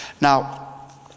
now